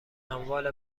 اموال